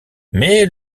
mais